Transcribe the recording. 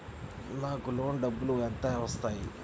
నాకు లోన్ డబ్బులు ఎంత వస్తాయి?